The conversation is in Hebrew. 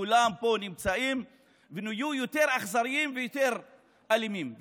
כולם נמצאים פה ונהיו יותר אכזריים ויותר אלימים,